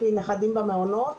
יש לי נכדים במעונות,